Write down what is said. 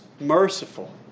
merciful